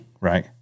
right